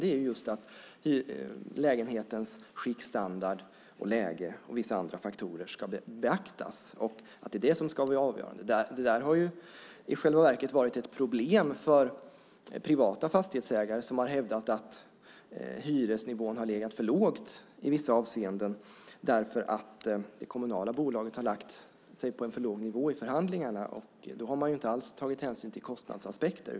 Det är lägenhetens skick, standard och läge och vissa andra faktorer som ska beaktas och vara avgörande. Det där har i själva verket varit ett problem för privata fastighetsägare, som har hävdat att hyresnivån har legat för lågt i vissa avseenden därför att det kommunala bolaget har lagt sig på en för låg nivå i förhandlingarna. Då har man inte alls tagit hänsyn till kostnadsaspekter.